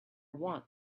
want